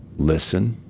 listen,